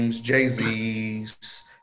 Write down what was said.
Jay-Z's